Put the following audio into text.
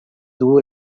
duu